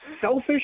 selfish